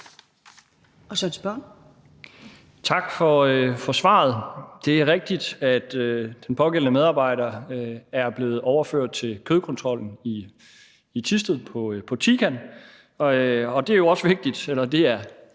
Pedersen (V): Tak for svaret. Det er rigtigt, at den pågældende medarbejder er blevet overført til kødkontrollen i Thisted på Tican, og det er også afgørende